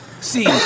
See